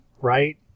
Right